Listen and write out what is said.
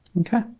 Okay